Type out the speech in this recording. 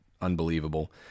Unbelievable